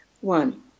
One